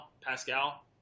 Pascal